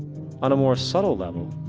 on a more subtle level,